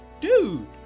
dude